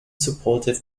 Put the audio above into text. supportive